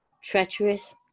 treacherous